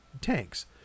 tanks